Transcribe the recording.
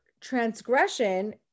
transgression